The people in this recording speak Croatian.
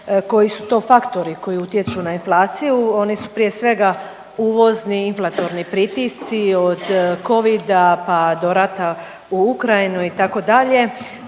koji su to faktori koji utječu na inflaciju. Oni su prije svega uvozni inflatorni pritisci od covida pa do rata u Ukrajini itd.